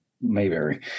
Mayberry